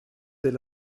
del